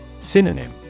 Synonym